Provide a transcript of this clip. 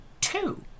two